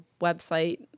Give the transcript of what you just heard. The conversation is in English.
website